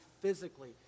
physically